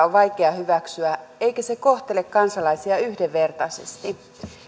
on vaikea hyväksyä eikä se kohtele kansalaisia yhdenvertaisesti